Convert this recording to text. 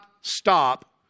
stop